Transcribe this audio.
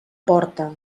porta